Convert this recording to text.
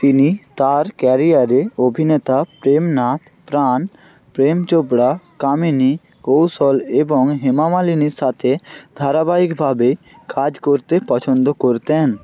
তিনি তার ক্যারিয়ারে অভিনেতা প্রেমনাথ প্রাণ প্রেম চোপড়া কামিনী কৌশল এবং হেমা মালিনীর সাথে ধারাবাহিকভাবে কাজ করতে পছন্দ করতেন